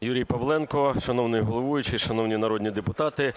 Юрій Павленко. Шановний головуючий, шановні народні депутати!